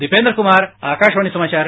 दीपेन्द्र कुमार आकाशवाणी समाचार